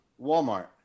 Walmart